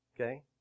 okay